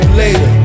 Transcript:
later